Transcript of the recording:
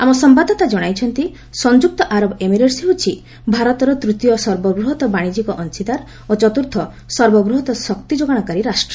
ଆମ ସମ୍ଭାଦଦାତା ଜଣାଇଛନ୍ତି ସଂଯ୍ୱକ୍ତ ଆରବ ଏମିରେଟ୍ସ ହେଉଛି ଭାରତର ତୃତୀୟ ସର୍ବବୃହତ୍ ବାଣିଜ୍ୟିକ ଅଂଶୀଦାର ଓ ଚତ୍ର୍ଥ ସର୍ବବୃହତ୍ ଶକ୍ତି ଯୋଗାଣକାରୀ ରାଷ୍ଟ୍ର